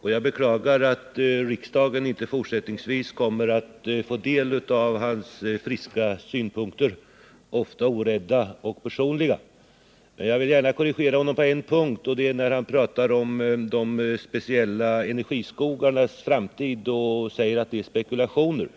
och jag beklagar att riksdagen fortsättningsvis inte kommer att få del av hans friska synpunkter, ofta orädda och personliga. Men jag vill gärna korrigera honom på en punkt, och det gäller de speciella energiskogarnas framtid, som han sade var spekulation.